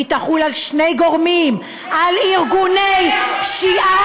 היא תחול על שני גורמים: על ארגוני פשיעה,